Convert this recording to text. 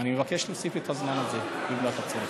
אני מבקש להוסיף את הזמן הזה במידת הצורך.